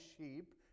sheep